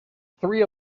three